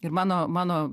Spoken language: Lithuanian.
ir mano mano